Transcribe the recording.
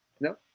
no